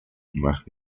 اونوقت